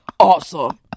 Awesome